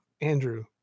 andrew